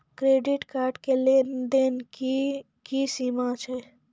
Credit card के लेन देन के की सीमा छै?